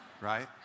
Right